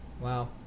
Wow